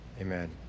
amen